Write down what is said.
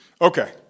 Okay